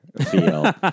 feel